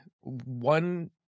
one